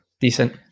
decent